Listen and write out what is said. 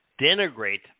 denigrate